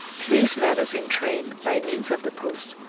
place matters in train, by means of the post,